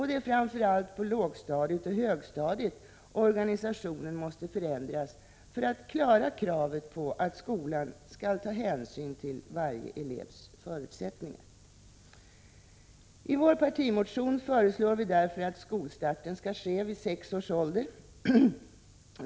Det är framför allt på lågstadiet och högstadiet organisationen måste förändras för att klara kravet på att skolan skall ta hänsyn till varje elevs förutsättningar. I vår partimotion föreslår vi därför att skolstarten skall ske vid sex års ålder.